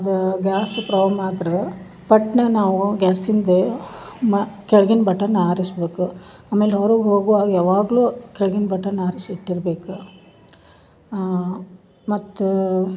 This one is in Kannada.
ಅದು ಗ್ಯಾಸ್ ಪ್ರಾಬ್ಲಮ್ ಆದ್ರೆ ಪಟ್ನ ನಾವು ಗ್ಯಾಸಿಂದ ಮ ಕೆಳ್ಗಿಂದ ಬಟನ್ ಆರಿಸಬೇಕು ಆಮೇಲೆ ಹೊರಗೆ ಹೋಗುವಾಗ ಯಾವಾಗಲು ಕೆಳ್ಗಿಂದ ಬಟನ್ ಆರಿಸಿ ಇಟ್ಟಿರಬೇಕು ಮತ್ತು